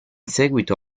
seguito